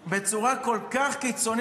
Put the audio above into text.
לבטל את המשפט הזה סוף-סוף.